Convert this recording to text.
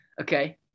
Okay